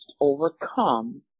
overcome